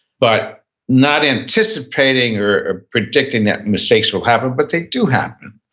but not anticipating or predicting that mistakes will happen, but they do happen.